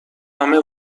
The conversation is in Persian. همه